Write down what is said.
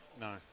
No